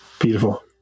Beautiful